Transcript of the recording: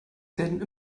werden